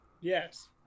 Yes